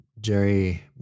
Jerry